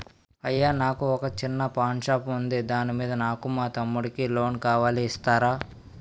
అయ్యా నాకు వొక చిన్న పాన్ షాప్ ఉంది దాని మీద నాకు మా తమ్ముడి కి లోన్ కావాలి ఇస్తారా?